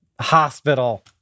hospital